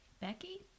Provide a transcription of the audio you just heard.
Becky